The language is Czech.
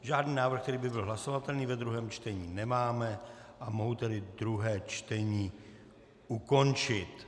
Žádný návrh, který by byl hlasovatelný ve druhém čtení, nemáme, a mohu tedy druhé čtení ukončit.